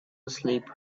asleep